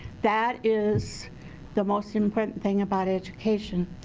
that is the most important thing about education.